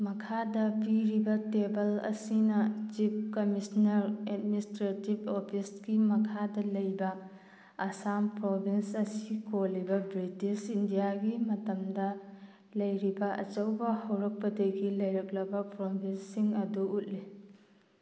ꯃꯈꯥꯗ ꯄꯤꯔꯤꯕ ꯇꯦꯕꯜ ꯑꯁꯤꯅ ꯆꯤꯐ ꯀꯃꯤꯁꯅꯔ ꯑꯦꯗꯃꯤꯅꯤꯁꯇ꯭ꯔꯦꯇꯤꯞ ꯑꯣꯐꯤꯁꯀꯤ ꯃꯈꯥꯗ ꯂꯩꯕ ꯑꯁꯥꯝ ꯄ꯭ꯔꯣꯚꯤꯟꯁ ꯑꯁꯤ ꯀꯣꯜꯂꯤꯕ ꯕ꯭ꯔꯤꯇꯤꯁ ꯏꯟꯗꯤꯌꯥꯒꯤ ꯃꯇꯝꯗ ꯂꯩꯔꯤꯕ ꯑꯆꯧꯕ ꯍꯧꯔꯛꯄꯗꯒꯤ ꯂꯩꯔꯛꯂꯕ ꯄ꯭ꯔꯣꯚꯤꯟꯁꯁꯤꯡ ꯑꯗꯨ ꯎꯠꯂꯤ